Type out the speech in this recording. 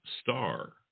star